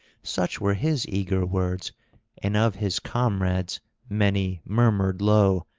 such were his eager words and of his comrades many murmured low,